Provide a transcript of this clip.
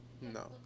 No